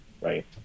right